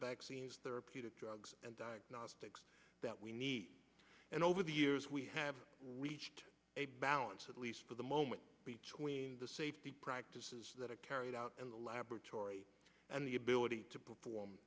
vaccines therapeutic drugs and diagnostics that we need and over the years we have reached a balance at least for the moment between the safety practices that are carried out in the laboratory and the ability to perform